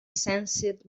sensed